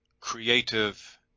creative